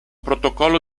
protocollo